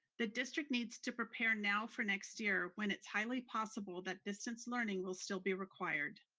the district needs to prepare now for next year, when it's highly possible that distance learning will still be required.